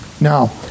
Now